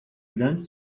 grande